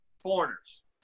foreigners